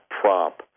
prop